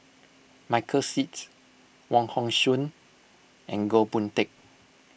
Michael Seet Wong Hong Suen and Goh Boon Teck